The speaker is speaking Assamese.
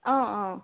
অঁ অঁ